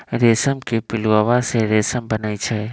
रेशम के पिलुआ से रेशम बनै छै